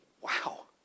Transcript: Wow